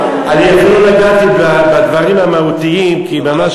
אני אפילו לא נגעתי בדברים המהותיים כי ממש,